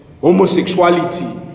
homosexuality